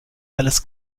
alles